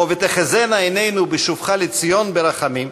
או "ותחזינה עינינו בשובך לציון ברחמים",